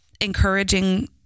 encouraging